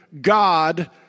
God